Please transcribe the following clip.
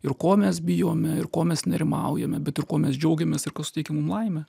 ir ko mes bijome ir ko mes nerimaujame bet ir kuo mes džiaugiamės ir kas suteikia mum laimę